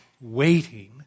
waiting